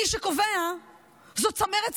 מי שקובע זו צמרת צה"ל,